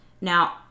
Now